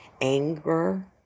anger